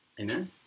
Amen